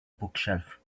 bookshelf